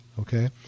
okay